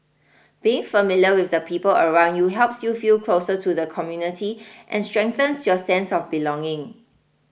being familiar with the people around you helps you feel closer to the community and strengthens your sense of belonging